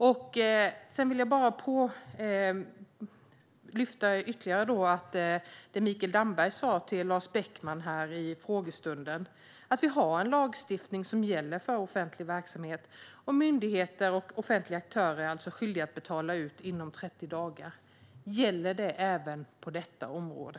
Låt mig lyfta fram det Mikael Damberg sa till Lars Beckman under frågestunden: Vi har en lagstiftning som gäller för offentlig verksamhet, och myndigheter och offentliga aktörer är skyldiga att betala ut inom 30 dagar. Gäller det även på detta område?